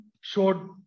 showed